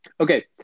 Okay